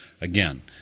Again